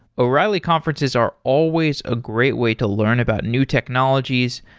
o'reilly conferences are always a great way to learn about new technologies,